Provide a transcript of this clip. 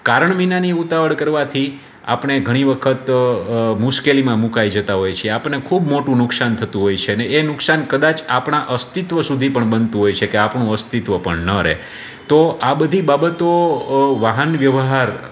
કારણ વિનાની ઉતાવળ કરવાથી આપણે ઘણી વખત મુશ્કેલીમાં મુકાઈ જતાં હોય છી આપને ખૂબ મોટું નુકશાન થતું હોય છે અને એ નુકસાન કદાચ આપણાં અસ્તિત્વ સુધી પણ બનતું હોય છે કે આપણું અસ્તિત્વ પણ ન રે તો આ બધી બાબતો વાહન વ્યવહાર